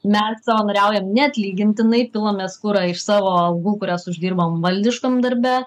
mes savanoriaujam neatlygintinai pilamės kurą iš savo algų kurias uždirbam valdiškam darbe